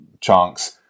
chunks